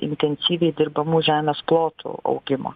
intensyviai dirbamų žemės plotų augimo